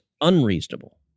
unreasonable